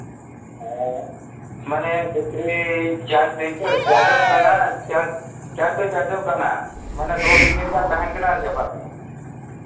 ᱦᱮᱸ ᱢᱟᱱᱮ battery charge ᱫᱟᱹᱧ ᱛᱚ ᱪᱟᱨᱡᱚᱜ ᱠᱟᱱᱟ ᱪᱟᱨᱡᱽ ᱪᱟᱨᱡᱽ ᱫᱚ ᱪᱟᱡᱚᱜ ᱠᱟᱱᱟ ᱢᱟᱱᱮ ᱫᱚᱥ ᱢᱤᱱᱤᱴ ᱜᱟᱱ ᱛᱟᱦᱮᱱ ᱠᱟᱱᱟ ᱟᱨ ᱪᱟᱵᱟᱜ ᱠᱟᱱᱟ